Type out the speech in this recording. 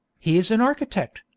he is an architect,